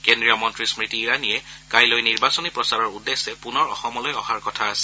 কেন্দ্ৰীয় মন্ত্ৰী স্মৃতি ইৰাণীয়ে কাইলৈ নিৰ্বাচনী প্ৰচাৰৰ উদ্দেশ্যে পুনৰ অসমলৈ কথা আছে